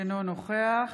אינו נוכח